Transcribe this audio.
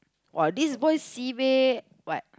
[wah] this boy sibei what